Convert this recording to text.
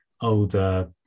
older